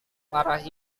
parah